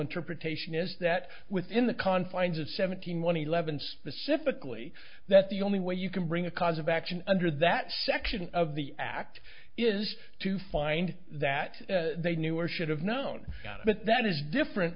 interpretation is that within the confines of seventeen one eleven specifically that the only way you can bring a cause of action under that section of the act is to find that they knew or should have known about it but that is different